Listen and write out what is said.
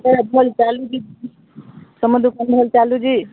ଭଲ ଚାଲୁଛି ତୁମ ଦୋକାନ ଭଲ ଚାଲୁଛି